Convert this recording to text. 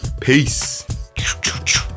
Peace